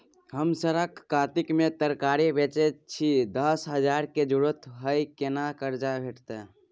हम सरक कातिक में तरकारी बेचै छी, दस हजार के जरूरत हय केना कर्जा भेटतै?